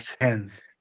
hands